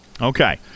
okay